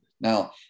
Now